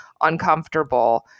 uncomfortable